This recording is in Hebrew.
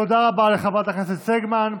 תודה רבה לחברת הכנסת סגמן.